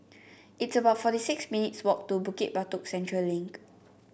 it's about forty six minutes' walk to Bukit Batok Central Link